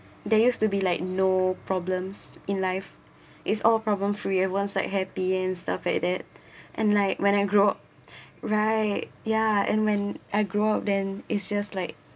they used to be like no problems in life it's all problem free once I happy and stuff like that and like when I grow right yeah and when I grow up then it's just like